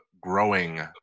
growing